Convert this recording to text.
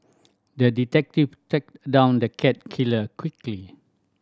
the detective tracked down the cat killer quickly